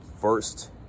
first